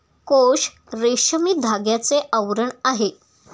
कोश रेशमी धाग्याचे आवरण आहे